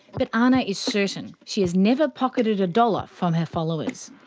but ana is certain she has never pocketed a dollar from her followers.